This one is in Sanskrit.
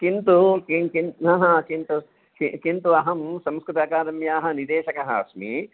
किन्तु किं किं पुनः किन्तु किन्तु अहं संस्कृत अकादम्याः निदेशकः अस्मि